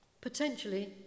Potentially